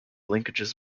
linkages